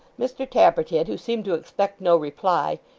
mr tappertit, who seemed to expect no reply,